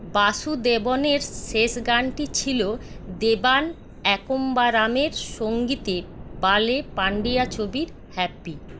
বাসুদেবনের শেষ গানটি ছিল দেবান একম্বারামের সঙ্গীতে বালে পান্ডিয়া ছবির হ্যাপি